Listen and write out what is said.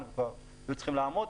זו לא מערכת